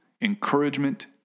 encouragement